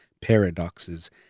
paradoxes